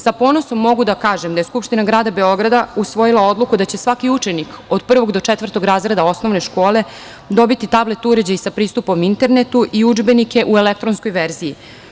Sa ponosom mogu da kažem da je Skupština Grada Beograda usvojila Odluku da će svaki učenik od prvog do četvrtog razreda osnovne škole dobiti tablet uređaj sa pristupom internetu i udžbenike u elektronskoj verziji.